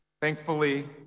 Thankfully